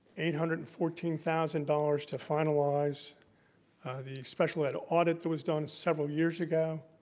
eight hundred and fourteen thousand dollars to finalize the special ed audit that was done several years ago.